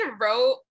wrote